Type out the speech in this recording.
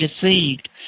deceived